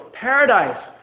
Paradise